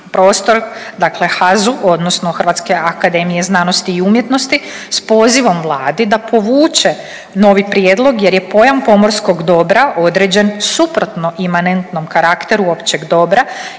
prostor dakle HAZU odnosno Hrvatske akademije znanosti i umjetnosti s pozivom Vladi da povuče novi prijedlog jer je pojam pomorskog dobra određen suprotno imanentnom karakteru općeg dobra